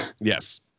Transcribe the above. yes